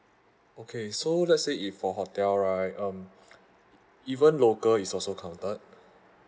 okay so let's say if for hotel right um even local is also counted